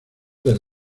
del